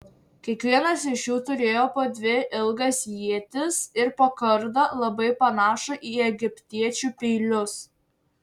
kiekvienas iš jų turėjo po dvi ilgas ietis ir po kardą labai panašų į egiptiečių peilius